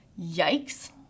yikes